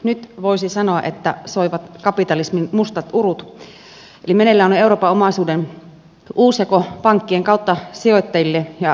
nyt voisi sanoa että soivat kapitalismin mustat urut eli meneillään on euroopan omaisuuden uusjako pankkien kautta sijoittajille ja vastuutalkoiden merkeissä